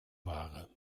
ware